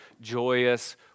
joyous